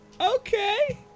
Okay